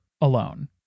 alone